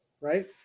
right